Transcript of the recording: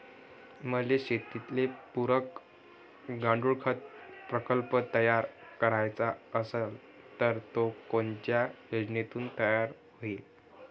मले शेतीले पुरक गांडूळखत प्रकल्प तयार करायचा असन तर तो कोनच्या योजनेतून तयार होईन?